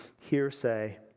hearsay